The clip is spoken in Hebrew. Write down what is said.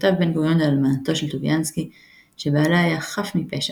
כתב בן-גוריון לאלמנתו של טוביאנסקי שבעלה "היה חף מפשע,